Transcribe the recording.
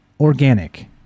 organic